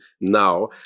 now